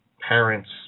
parents